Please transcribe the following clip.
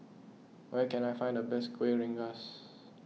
where can I find the best Kuih Rengas